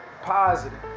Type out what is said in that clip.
positive